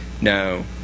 no